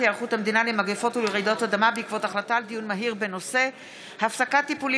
היערכות המדינה למגפות ולרעידות אדמה בעקבות דיון מהיר בהצעתה של